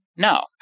No